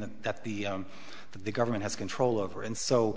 that that the that the government has control over and so